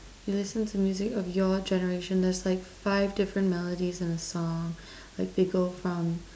you listen to music of your generation there's like five different melodies in a song like they go from